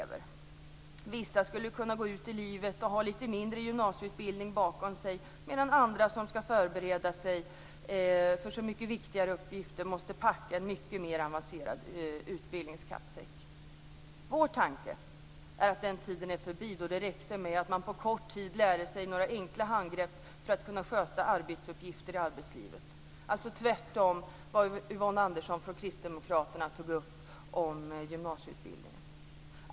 Vissa skulle kunna gå ut i livet och ha lite mindre gymnasieutbildning bakom sig, medan andra som ska förbereda sig för så mycket viktigare uppgifter måste packa en mycket mer avancerad utbildningskappsäck. Vår tanke är att den tid är förbi då det räckte att man på kort tid lärde sig några enkla handgrepp för att kunna sköta arbetsuppgifter i arbetslivet, alltså tvärtemot vad Yvonne Andersson från Kristdemokraterna tog upp om gymnasieutbildningen.